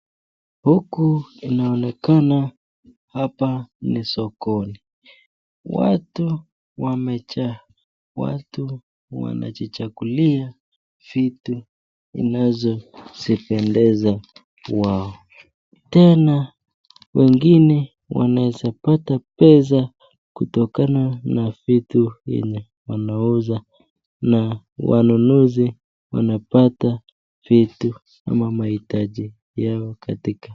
Huku inaonekana hapa ni sokoni, watu wamejaa, watu wanajichagulia vitu inazozipendeza wao, tena wengine wanaweza pata pesa kutokana na vitu yenye wanauza na wanunuzi wanapata vitu ama mahitaji ya katika soko.